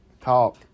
Talk